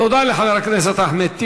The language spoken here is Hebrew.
תודה לחבר הכנסת אחמד טיבי.